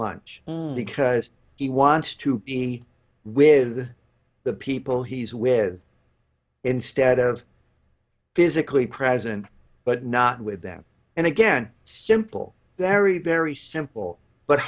lunch because he wants to be with the people he's with instead of physically present but not with them and again simple very very simple but